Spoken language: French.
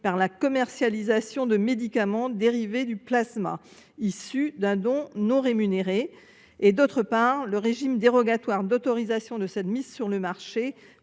par la commercialisation de médicaments dérivés du plasma (MDP) issus d’un don non rémunéré et, d’autre part, le régime dérogatoire d’autorisation de mise sur le marché